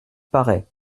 paraît